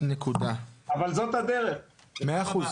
תודה רבה.